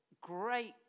great